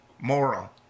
Moral